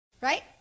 right